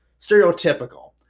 stereotypical